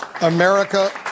America